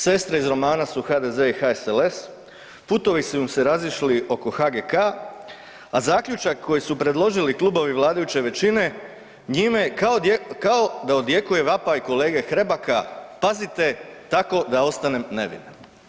Sestre iz romana su HDZ i HSLS, putovi su im se razišli oko HGK-a a zaključak koji su predložili klubovi vladajuće većine, njime kao da odjekuje vapaj kolege Hrebaka, „pazite tako da ostane nevin“